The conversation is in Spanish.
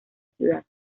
ciudad